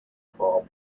bulb